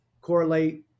correlate